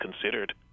considered